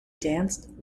danced